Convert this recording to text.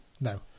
No